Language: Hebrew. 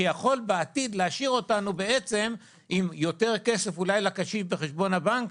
שיכול בעתיד להשאיר אותנו בעצם עם יותר כסף אולי לקשיש בחשבון הבנק,